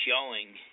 showing –